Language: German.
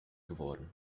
geworden